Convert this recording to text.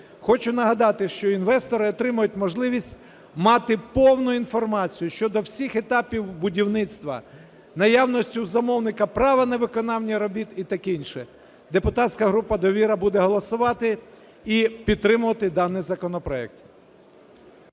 Хочу нагадати, що інвестори отримують можливість мати повну інформацію щодо всіх етапів будівництва, наявності у замовника права на виконання робіт і таке інше. Депутатська група "Довіра" буде голосувати і підтримувати даний законопроект.